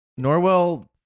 Norwell